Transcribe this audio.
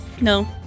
No